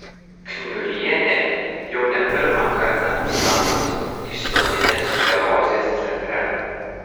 kniurienė jau ne pirmą kartą lankosi išsėtinės sklerozės centre